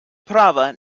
prava